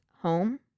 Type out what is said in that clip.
home